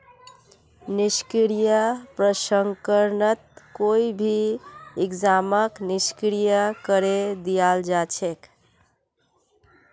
निष्क्रिय प्रसंस्करणत कोई भी एंजाइमक निष्क्रिय करे दियाल जा छेक